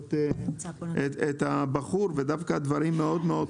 בנושא, והדברים הם בסך הכול